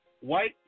white